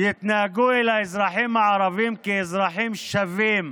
יתנהגו אל האזרחים הערבים כאל אזרחים שווים,